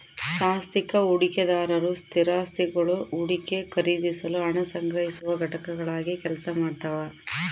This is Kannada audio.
ಸಾಂಸ್ಥಿಕ ಹೂಡಿಕೆದಾರರು ಸ್ಥಿರಾಸ್ತಿಗುಳು ಹೂಡಿಕೆ ಖರೀದಿಸಲು ಹಣ ಸಂಗ್ರಹಿಸುವ ಘಟಕಗಳಾಗಿ ಕೆಲಸ ಮಾಡ್ತವ